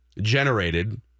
generated